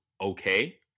okay